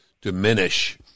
diminish